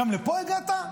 גם לפה הגעת?